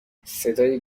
صدای